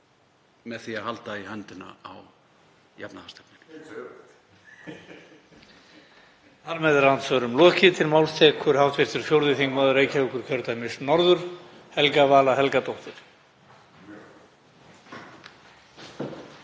með því að halda í höndina á jafnaðarstefnu.